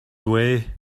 way